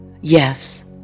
Yes